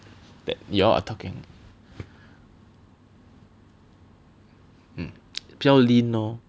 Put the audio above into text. that you all are talking mm 比较 lean orh